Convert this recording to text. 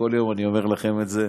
כל יום אני אומר לכם את זה,